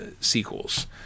sequels